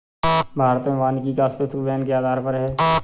भारत में वानिकी का अस्तित्व वैन के आधार पर है